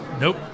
Nope